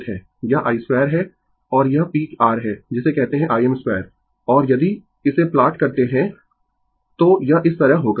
यह i2 है और यह पीक r है जिसे कहते है Im2 और यदि इसे प्लॉट करते है तो यह इस तरह होगा